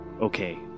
Okay